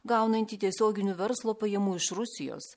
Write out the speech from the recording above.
gaunantį tiesioginių verslo pajamų iš rusijos